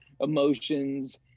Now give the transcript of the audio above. emotions